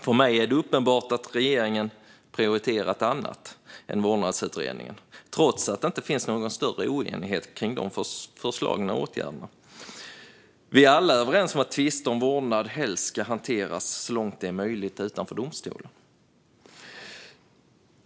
För mig är det uppenbart att regeringen prioriterat annat än vårdnadsutredningen trots att det inte finns någon större oenighet kring de förslagen och åtgärderna. Vi är alla överens om att tvister om vårdnad helst ska hanteras utanför domstolen så långt det är möjligt.